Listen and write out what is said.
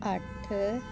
ਅੱਠ